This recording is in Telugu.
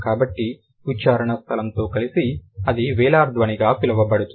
కాబట్టి ఉచ్చారణ స్థలంతో కలిసి అది వేలార్ ధ్వనిగా పిలువబడుతుంది